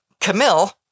Camille